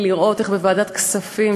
לראות איך בוועדת הכספים,